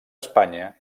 espanya